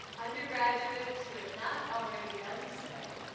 undergraduates who have not already done so,